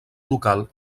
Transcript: local